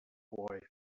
boy